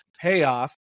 payoff